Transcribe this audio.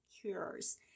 Cures